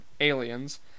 aliens